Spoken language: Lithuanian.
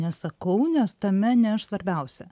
nesakau nes tame ne aš svarbiausia